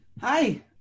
Hi